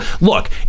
look